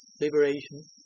liberation